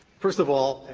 first of all,